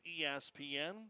ESPN